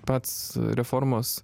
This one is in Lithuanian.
pats reformos